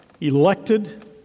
Elected